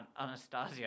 Anastasia